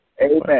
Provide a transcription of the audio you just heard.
Amen